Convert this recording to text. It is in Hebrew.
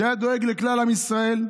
שהיה דואג לכלל עם ישראל,